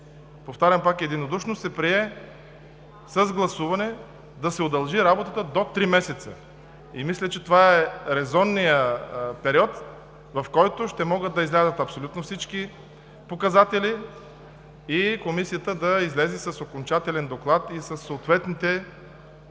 повтарям пак – единодушно се прие с гласуване да се удължи работата до три месеца. Мисля, че това е резонният период, в който ще могат да излязат всички показатели и Комисията да излезе с окончателен доклад и предложения за